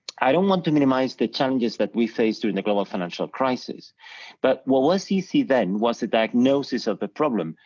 i don't want to minimize the challenges that we face during the global financial crisis but what was easy then was the diagnosis of the problem,